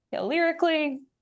lyrically